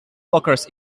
blockers